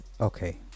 okay